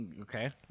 okay